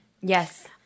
Yes